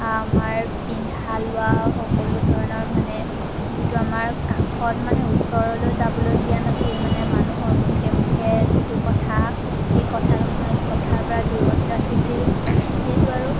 আমাৰ পিন্ধা লোৱা সকলো ধৰণৰ মানে যিটো আমাৰ কাষত মানে ওচৰলৈ যাবলৈ দিয়া নাছিল মানে মানুহৰ মুখে মুখে যিটো কথা সেই কথাৰ কথাৰপৰা দূৰত ৰাখিছিল সেইটো আৰু